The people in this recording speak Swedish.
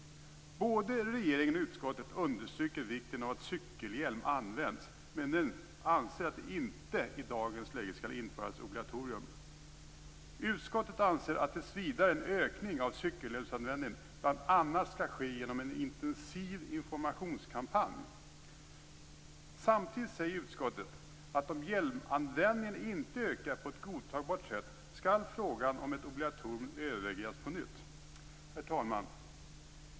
Både regeringen och utskottet understryker vikten av att cykelhjälm används, men anser att det inte i dagens läge skall införas obligatorium. Utskottet anser att en ökning av cykelhjälmsanvändningen tills vidare skall ske genom en intensiv informationskampanj. Samtidigt säger utskottet att om hjälmanvändningen inte ökar på ett godtagbart sätt, skall frågan om ett obligatorium övervägas på nytt. Herr talman!